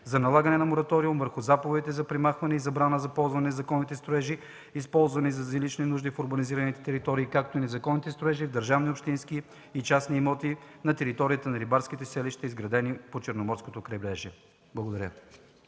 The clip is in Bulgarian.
за налагане на мораториум върху заповедите за премахване и забрана ползването на незаконни строежи, използвани за жилищни нужди в урбанизираните територии, както и незаконни строежи в държавни, общински и частни имоти на териториите на рибарските селища, изградени по Черноморското крайбрежие.” Благодаря.